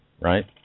right